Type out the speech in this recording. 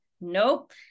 nope